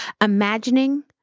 imagining